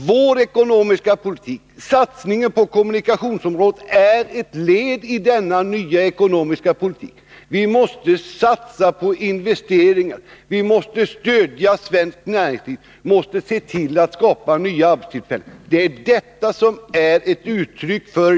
Vår satsning på kommunikationsområdet är ett led i denna nya ekonomiska politik. Vi måste satsa på investeringar, vi måste stödja svenskt näringsliv, vi måste se till att skapa nya arbetstillfällen.